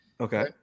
Okay